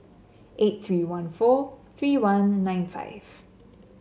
eight three one four three one nine five